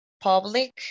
public